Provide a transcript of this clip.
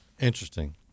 interesting